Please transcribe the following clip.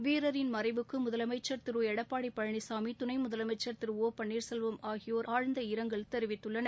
வீரரின் மறைவுக்கு முதலமைச்சர் திரு எடப்பாடி பழனிசாமி துணை முதலமைச்சர் திரு ஒ பன்னீர்செல்வம் ஆகியோர் ஆழ்ந்த இரங்கல் தெரிவித்துள்ளனர்